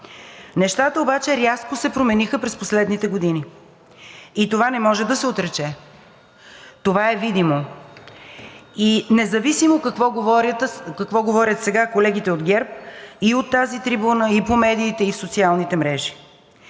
Нещата обаче рязко се промениха през последните години и това не може да се отрече, това е видимо, независимо какво говорят сега колегите от ГЕРБ и от тази трибуна, и по медиите, и в социалните мрежи.